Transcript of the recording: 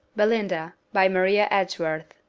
belinda. by maria edgeworth.